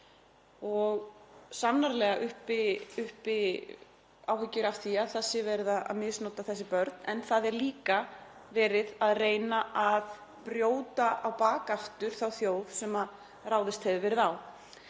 og sannarlega uppi áhyggjur af því að það sé verið að misnota þessi börn. En það er líka verið að reyna að brjóta á bak aftur þá þjóð sem ráðist hefur verið á.